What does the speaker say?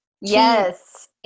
Yes